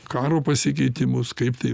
karo pasikeitimus kaip tai